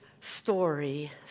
story